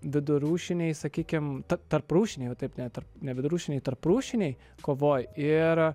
vidurūšiniai sakykim tarprūšiniai o taip net ir nevidurūšiai tarprūšiniai kovoj ir